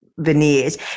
Veneers